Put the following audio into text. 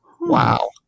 Wow